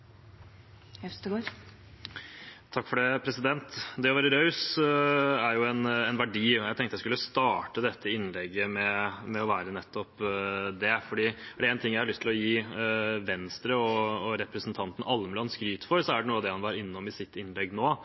en verdi. Jeg tenkte jeg skulle starte dette innlegget med å være nettopp det. Er det én ting jeg har lyst til å gi Venstre og representanten Almeland skryt for, er det nettopp noe av det han var innom i sitt innlegg nå;